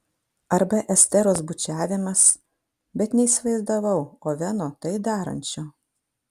arba esteros bučiavimas bet neįsivaizdavau oveno tai darančio